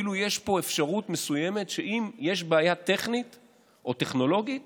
אפילו יש פה אפשרות מסוימת שאם יש בעיה טכנית או טכנולוגית